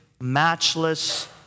matchless